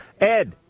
Ed